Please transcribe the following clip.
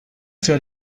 für